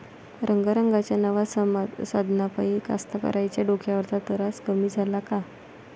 रंगारंगाच्या नव्या साधनाइपाई कास्तकाराइच्या डोक्यावरचा तरास कमी झाला का?